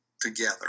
together